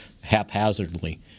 haphazardly